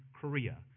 Korea